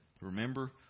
Remember